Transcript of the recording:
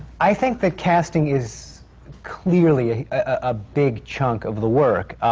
i think that casting is clearly a big chunk of the work.